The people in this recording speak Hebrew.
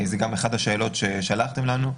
זו גם אחת השאלות ששלחתם לנו.